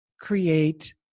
create